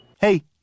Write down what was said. Hey